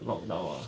lockdown ah